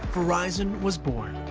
verizon was born.